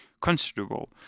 considerable